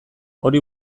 hori